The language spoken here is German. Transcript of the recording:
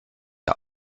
der